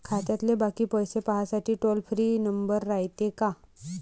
खात्यातले बाकी पैसे पाहासाठी टोल फ्री नंबर रायते का?